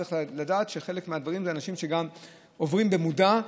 צריך לדעת שחלק מהדברים זה אנשים שגם עוברים במודע,